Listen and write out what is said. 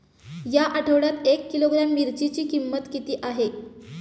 या आठवड्यात एक किलोग्रॅम मिरचीची किंमत किती आहे?